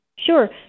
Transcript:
Sure